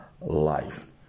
life